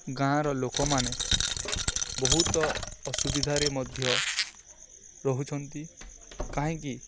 ଗାଁର ଲୋକମାନେ ବହୁତ ଅସୁବିଧାରେ ମଧ୍ୟ ରହୁଛନ୍ତି କାହିଁକି